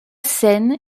scènes